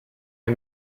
les